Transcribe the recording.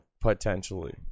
potentially